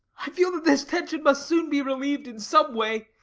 i feel that this tension must soon be relieved in some way.